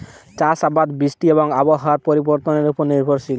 চাষ আবাদ বৃষ্টি এবং আবহাওয়ার পরিবর্তনের উপর নির্ভরশীল